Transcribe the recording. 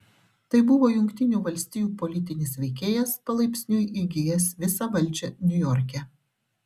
tai buvo jungtinių valstijų politinis veikėjas palaipsniui įgijęs visą valdžią niujorke